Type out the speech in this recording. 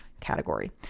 category